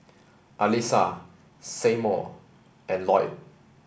Alisa Seymour and Loyd